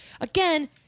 Again